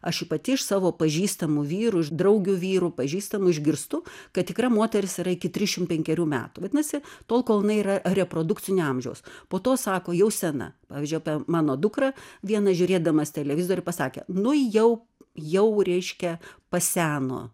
aš i pati iš savo pažįstamų vyrų iš draugių vyrų pažįstamų išgirstu kad tikra moteris yra iki trisšim penkerių metų vadinasi tol kol jinai yra reprodukcinio amžiaus po to sako jau sena pavyzdžiui apie mano dukrą vienas žiūrėdamas televizorių pasakė nu jau jau reiškia paseno